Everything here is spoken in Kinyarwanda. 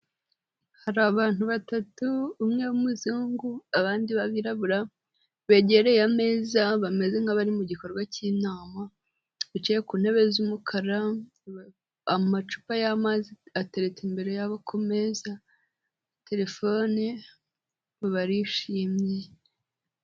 Hari abantu batatu umwe w'umuzungu abandi b'abirabura, begereye ameza bameze nk'abari mu gikorwa cy'inama, bicaye ku ntebe z'umukara, amacupa y'amazi ateretse imbere yabo ku meza, telefone, barishimye.